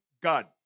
God